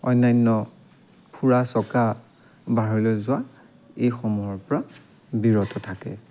অন্য়ান্য ফুৰা চকা বাহিৰলৈ যোৱা এইসমূহৰ পৰা বিৰত থাকে